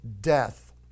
death